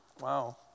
wow